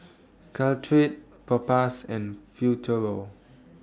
Caltrate Propass and Futuro